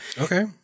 Okay